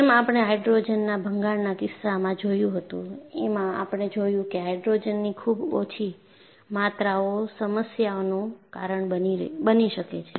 જેમ આપણે હાઇડ્રોજનના ભંગાણના કિસ્સામાં જોયું હતું એમાં આપણે જોયું કે હાઇડ્રોજનની ખૂબ ઓછી માત્રાઓ સમસ્યાનું કારણ બની શકે છે